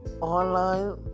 online